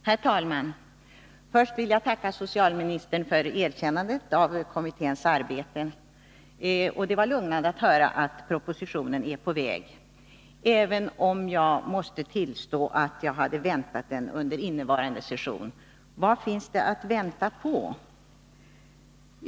Herr talman! Först vill jag tacka socialministern för erkännandet av kommitténs arbete. Det var lugnande att höra att propositionen är på väg, även om jag måste tillstå att jag hade väntat den under innevarande session. Vad finns det att vänta på?